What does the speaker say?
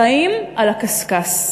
חיים על הקשקש.